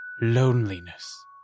Loneliness